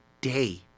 day